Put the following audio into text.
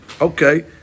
Okay